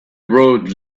road